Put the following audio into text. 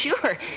sure